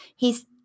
hes